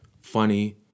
funny